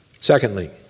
Secondly